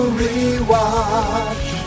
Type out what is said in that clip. rewatch